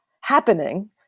happening